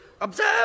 Observe